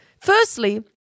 Firstly